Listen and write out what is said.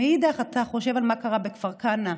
מנגד אתה חושב על מה שקרה בכפר כנא,